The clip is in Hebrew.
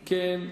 אם כן,